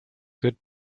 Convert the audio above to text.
good